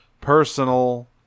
personal